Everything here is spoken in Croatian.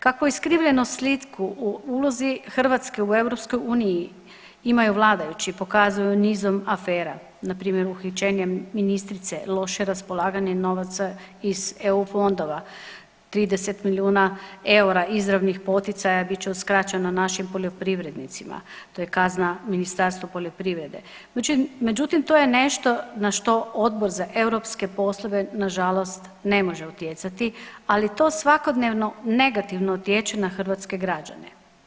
Kako iskrivljenu sliku u ulozi Hrvatske u EU imaju vladajući pokazuju nizom afera npr. uhićenjem ministrice, loše raspolaganje novaca iz EU fondova, 30 milijuna eura izravnih poticaja bit će uskraćeno našim poljoprivrednicima, to je kazna Ministarstvu poljoprivrede, međutim to je nešto na što Odbor za europske poslove nažalost ne može utjecati, ali to svakodnevno negativno utječe na hrvatske građane.